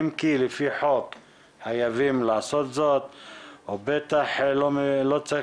אם כי לפי חוק חייבים לעשות זאת ובטח לא צריך